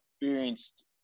experienced